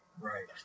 Right